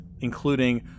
including